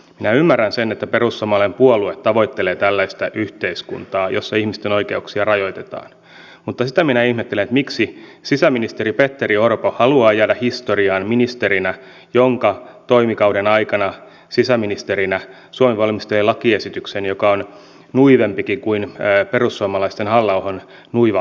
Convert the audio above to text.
minä ymmärrän sen että perussuomalainen puolue tavoittelee tällaista yhteiskuntaa jossa ihmisten oikeuksia rajoitetaan mutta sitä minä ihmettelen miksi sisäministeri petteri orpo haluaa jäädä historiaan ministerinä jonka sisäministeritoimikauden aikana suomi valmisteli lakiesityksen joka on nuivempikin kuin perussuomalaisten halla ahon nuiva manifesti